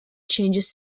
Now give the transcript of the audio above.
changes